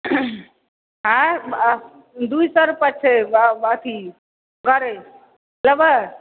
आर दू सए रुपैआ छै अथी गरय लेबै